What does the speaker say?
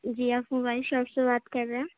جی آپ mobile shop سے بات کر رہے ہیں